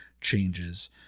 changes